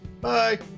Bye